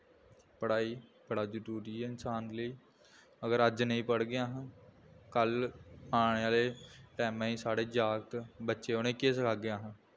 पढ़ाई बड़ा जरूरी ऐ इंसान लेई अगर अज्ज नेईं पढ़गे अस कल आने आह्ले टैमां गी साढ़े जागत बच्चे उ'नेंगी केह् सखागे अस